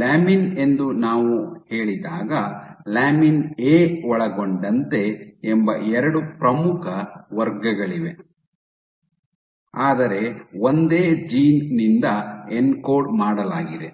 lamin ಎಂದು ನಾವು ಹೇಳಿದಾಗ ಲ್ಯಾಮಿನ್ ಎ ಒಳಗೊಂಡಂತೆ ಎಂಬ ಎರಡು ಪ್ರಮುಖ ವರ್ಗಗಳಿವೆ ಆದರೆ ಒಂದೇ ಜೀನ್ ನಿಂದ ಎನ್ಕೋಡ್ ಮಾಡಲಾಗಿದೆ